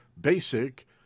basic